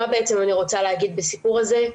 מה בעצם אני רוצה להגיד בסיפור הזה?